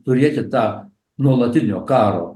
turėti tą nuolatinio karo